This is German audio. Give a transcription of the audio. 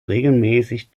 regelmäßig